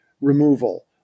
removal